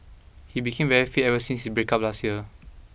he became very fit ever since his breakup last year